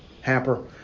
hamper